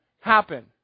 happen